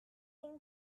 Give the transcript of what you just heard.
think